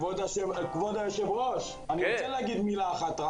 כבוד היושב ראש, מילה אחת.